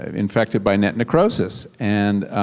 infected by necrosis. and